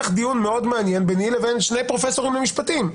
דיון מאוד מעניין ביני לבין שני פרופסורים למשפטים.